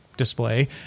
display